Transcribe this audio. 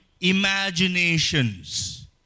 imaginations